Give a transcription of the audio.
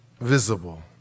visible